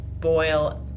boil